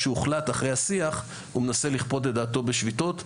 שהוחלט אחרי השיח הוא מנסה לכפות את דעתו בשביתות.